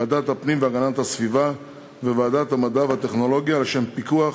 ועדת הפנים והגנת הסביבה וועדת המדע והטכנולוגיה לשם פיקוח